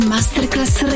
Masterclass